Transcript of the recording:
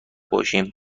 باشیم